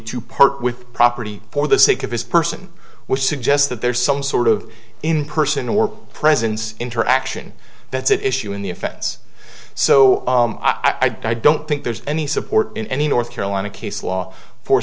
to part with property for the sake of his person which suggests that there's some sort of in person or presence interaction that's at issue in the offense so i don't think there's any support in any north carolina case law for